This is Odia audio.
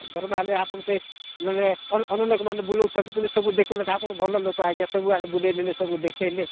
ଦରୁ ବାହାରିଲେ ଆପଣ ତେ ନହେନେ ଅନ୍ୟ ଲୋକମାନେ ବୁଲାଉଛନ୍ତି ପୁଣି ସବୁ ଦେଖାଉ ନାହାନ୍ତି ଆପଣ ଭଲ ଲୋକ ଆଜ୍ଞା ସବୁ ଆଡ଼େ ବୁଲାଇ ନେଲେ ସବୁ ଦେଖାଇଲେ